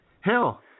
hell